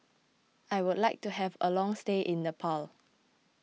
I would like to have a long stay in Nepal